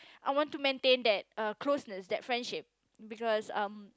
I want to maintain that uh closeness that friendship because um